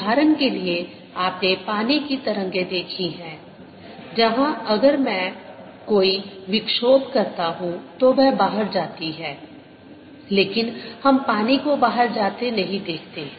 उदाहरण के लिए आपने पानी की तरंगें देखी हैं जहां अगर मैं कोई विक्षोभ करता हूं तो वह बाहर जाती है लेकिन हम पानी को बाहर जाते नहीं देखते हैं